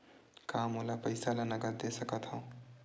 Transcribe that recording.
का मोला पईसा ला नगद दे सकत हव?